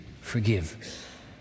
forgive